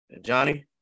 Johnny